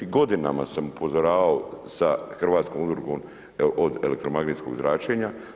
Godinama sam upozoravao sa hrvatskom udrugom od elektromagnetskog zračenja.